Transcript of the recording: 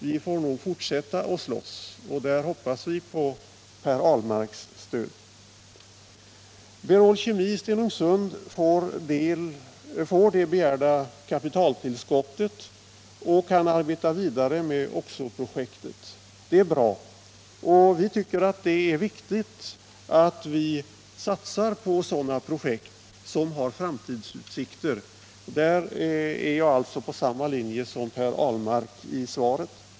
Vi får nog fortsätta att slåss, och då hoppas vi på Per Ahlmarks stöd. Berol Kemi i Stenungsund får det begärda kapitaltillskottet och kan arbeta vidare med oxoprojektet. Det är bra — vi tycker att det är viktigt att vi satsar på sådana projekt som har framtidsutsikter. Här är jag alltså 49 på samma linje som Per Ahlmark i sitt svar.